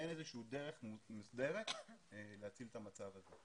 אין איזו דרך מוסדרת להציל את המצב הזה.